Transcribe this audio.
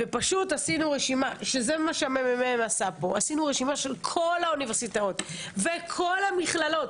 עשינו רשימה של כל האוניברסיטאות ושל כל המכללות,